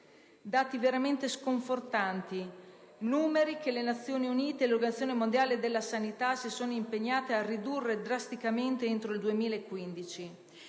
dati veramente sconfortanti, numeri che le Nazioni Unite e l'Organizzazione mondiale della sanità si sono impegnate a ridurre drasticamente entro il 2015.